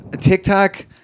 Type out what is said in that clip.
tiktok